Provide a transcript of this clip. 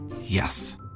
Yes